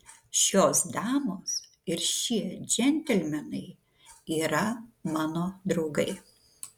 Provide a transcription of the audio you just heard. šios damos ir šie džentelmenai yra mano draugai